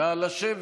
נא לשבת.